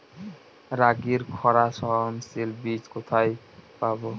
রাগির খরা সহনশীল বীজ কোথায় পাবো?